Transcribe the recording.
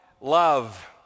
love